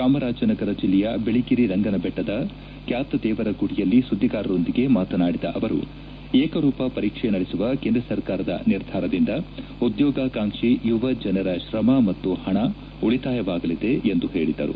ಚಾಮರಾಜನಗರ ಜಿಲ್ಲೆಯ ಬಿಳಿಗಿರಿ ರಂಗನ ಬೆಟ್ವದ ಕ್ಯಾತದೇವರಗುಡಿಯಲ್ಲಿ ಸುದ್ದಿಗಾರರೊಂದಿಗೆ ಮಾತನಾಡಿದ ಅವರು ಏಕರೂಪ ಪರೀಕ್ಷೆ ನಡೆಸುವ ಕೇಂದ್ರ ಸರ್ಕಾರದ ನಿರ್ಧಾರದಿಂದ ಉದ್ಯೋಗಾಕಾಂಕ್ಷಿ ಯುವಜನರ ಶ್ರಮ ಮತ್ತು ಹಣ ಉಳಿತಾಯವಾಗಲಿದೆ ಎಂದು ಹೇಳಿದರು